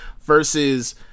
versus